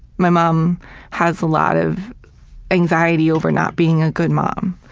my mom has a lot of anxiety over not being a good mom,